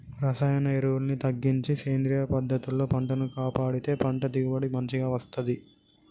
రసాయన ఎరువుల్ని తగ్గించి సేంద్రియ పద్ధతుల్లో పంటను కాపాడితే పంట దిగుబడి మంచిగ వస్తంది